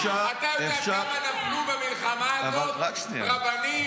ואם הוא היה יושב ולומד תורה --- מה קשור למאי גולן?